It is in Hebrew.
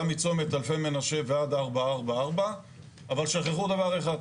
מצומת אלפי מנשה ועד 444. אבל שכחו דבר אחד.